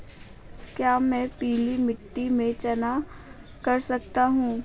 क्या मैं पीली मिट्टी में चना कर सकता हूँ?